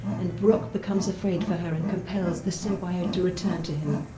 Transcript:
and brock becomes afraid for her and compels the symbiote to return to him.